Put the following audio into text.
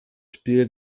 spiel